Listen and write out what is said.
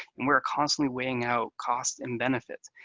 we're constantly weighing out cost and benefit,